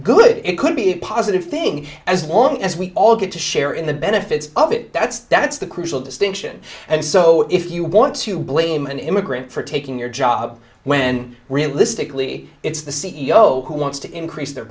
good it could be a positive thing as long as we all get to share in the benefits of it that's that's the crucial distinction and so if you want to blame an immigrant for taking your job when realistically it's the c e o who wants to increase their